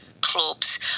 clubs